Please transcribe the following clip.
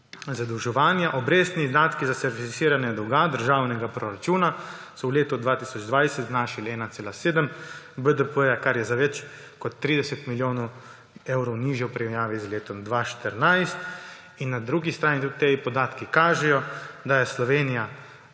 zadolževanja. Obrestni izdatki za servisiranje dolga državnega proračuna so v letu 2020 znašali 1,7 BDP, kar je za več kot 30 milijonov evrov nižje v primerjavi z letom 2014. Na drugi strani ti podatki kažejo, da je Slovenija